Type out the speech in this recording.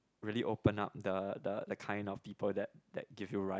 really open up the the the kind of people that that give you read